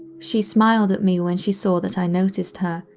she smiled at me when she saw that i noticed her,